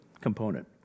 component